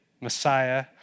Messiah